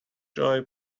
joy